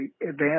advanced